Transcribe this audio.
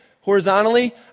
horizontally